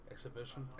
Exhibition